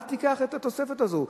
אל תיקח את התוספת הזאת.